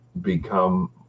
become